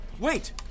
Wait